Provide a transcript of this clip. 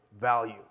value